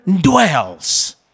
dwells